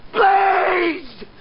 Please